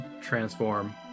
transform